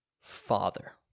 Father